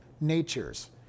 natures